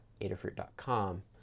Adafruit.com